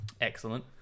Excellent